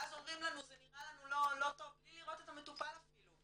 ואז אומרים לנו זה נראה לנו לא טוב בלי לראות את המטופל אפילו.